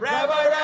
Rabbi